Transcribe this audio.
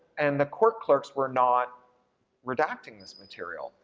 and the court clerks were not redacting this material.